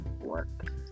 work